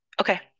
Okay